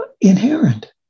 inherent